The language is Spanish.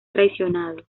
traicionado